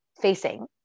facing